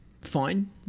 fine